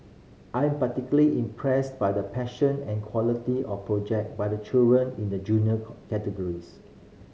I'm particularly impressed by the passion and quality of project by the children in the Junior categories